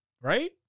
Right